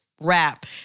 rap